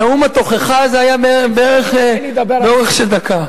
נאום התוכחה הזה היה בערך באורך של דקה.